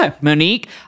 Monique